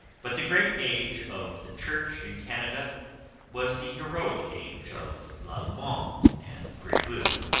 but the great age of the church in canada was the heroic age of lalemant and brebeuf,